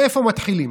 מאיפה מתחילים?